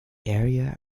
area